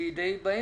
היא די באמצע.